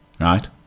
Right